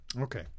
Okay